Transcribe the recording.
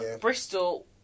Bristol